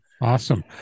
awesome